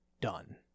done